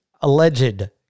alleged